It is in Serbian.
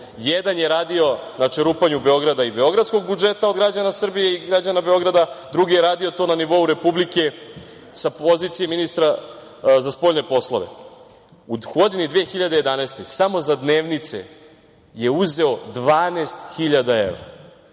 jedan je radio na čerupanja Beograda i beogradskog budžeta od građana Srbije i građana Beograda, a drugi je to radio na nivou Republike sa pozicije ministra za spoljne poslove, u 2011. godini samo za dnevnice je uzeo 12.000 evra.